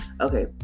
Okay